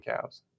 cows